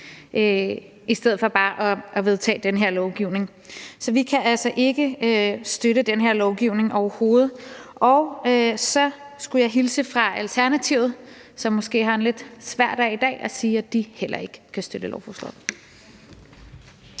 i stedet for bare at vedtage den her lovgivning. Så vi kan altså ikke støtte den her lovgivning overhovedet, og så skulle jeg hilse fra Alternativet, som måske har en lidt svær dag i dag, og sige, at de heller ikke kan støtte lovforslaget.